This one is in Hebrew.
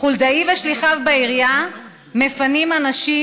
חולדאי ושליחיו בעירייה מפנים אנשים,